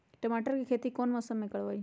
टमाटर की खेती कौन मौसम में करवाई?